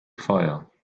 fire